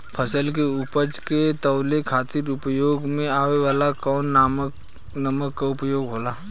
फसल के उपज के तौले खातिर उपयोग में आवे वाला कौन मानक के उपयोग होला?